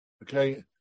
okay